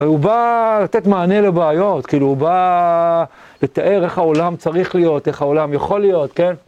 הוא בא לתת מענה לבעיות, כאילו הוא בא לתאר איך העולם צריך להיות, איך העולם יכול להיות, כן?